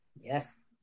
Yes